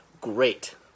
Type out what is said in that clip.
Great